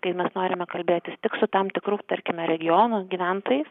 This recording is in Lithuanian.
kai mes norime kalbėtis tik su tam tikrų tarkime regionų gyventojai